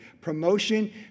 Promotion